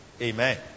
Amen